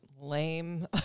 lame